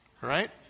right